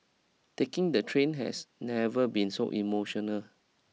taking the train has never been so emotional